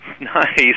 Nice